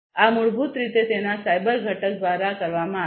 તેથી આ મૂળભૂત રીતે તેના સાયબર ઘટક દ્વારા કરવામાં આવે છે